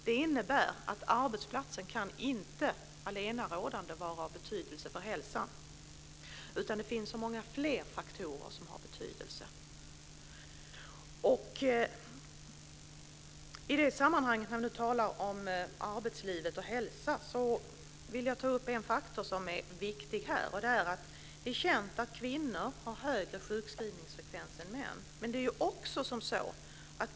Det innebär att arbetsplatsen inte allenarådande kan vara av betydelse för hälsan, utan det finns många fler faktorer som har betydelse. I det här sammanhanget, när vi talar om arbetsliv och hälsa, vill jag ta upp en viktig faktor, nämligen att det är känt att kvinnor har högre sjukskrivningsfrekvens än män.